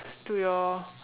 to your